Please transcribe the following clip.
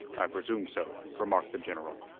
i presume so, remarked the general.